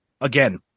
again